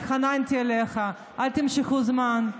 התחננתי אליך: אל תמשכו זמן,